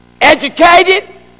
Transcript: Educated